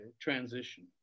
transition